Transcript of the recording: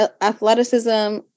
Athleticism